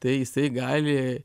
tai jisai gali